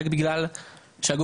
רק בגלל שהגוף,